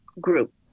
group